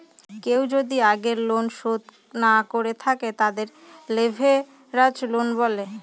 কেউ যদি আগের লোন শোধ না করে থাকে, তাদেরকে লেভেরাজ লোন বলে